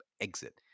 exit